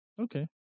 Okay